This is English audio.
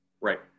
Right